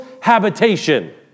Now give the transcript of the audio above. habitation